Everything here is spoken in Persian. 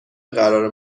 قرار